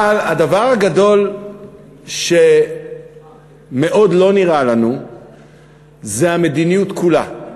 אבל הדבר הגדול שמאוד לא נראה לנו זה המדיניות כולה,